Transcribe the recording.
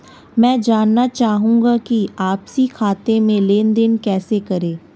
मैं जानना चाहूँगा कि आपसी खाते में लेनदेन कैसे करें?